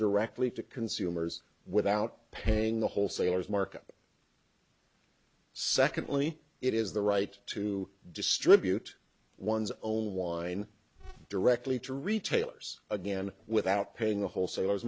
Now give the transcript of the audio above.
directly to consumers without paying the wholesalers market secondly it is the right to distribute one's own wine directly to retailers again without paying the wholesalers